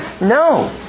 No